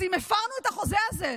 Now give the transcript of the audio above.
אז אם הפרנו את החוזה הזה,